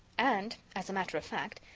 and, as a matter of fact,